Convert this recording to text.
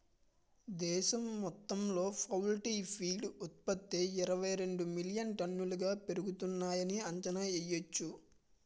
దేశం మొత్తంలో poultry feed ఉత్త్పతి ఇరవైరెండు మిలియన్ టన్నులుగా పెరుగుతున్నాయని అంచనా యెయ్యొచ్చు